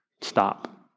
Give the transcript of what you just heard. Stop